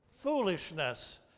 Foolishness